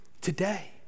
today